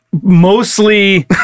mostly